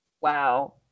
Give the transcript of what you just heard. Wow